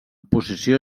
posició